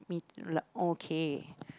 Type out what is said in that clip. m~ okay